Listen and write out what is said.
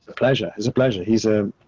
pleasure. it's a pleasure. he's a,